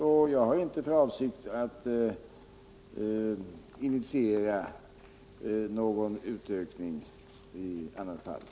Och jag har inte för avsikt alt initiera någon sådan utökning.